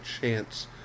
chance